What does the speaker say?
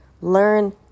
learn